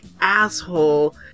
asshole